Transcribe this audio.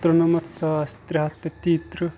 ترُٛنَمَتھ ساس ترے ہَتھ تہٕ تێیِہ ترٕٛہ